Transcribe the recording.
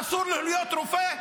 אסור לו להיות רופא?